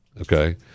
okay